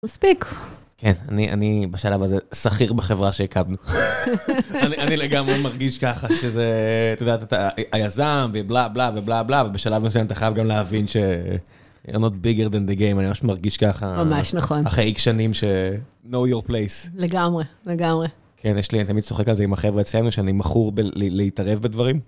מספיק אני אני בשלב הזה שכיר בחברה שהקמנו. אני לגמרי מרגיש ככה שזה את יודעת את היזם ובלה בלה ובלה בלה ובשלב מסוים אתה חייב גם להבין ש. ארנות ביגרדן דה גיים אני ממש מרגיש ככה ממש נכון אחרי עיק שנים של נו יור פלייס לגמרי לגמרי. כן יש לי אני תמיד צוחק על זה עם החברה שאני מכור להתערב בדברים.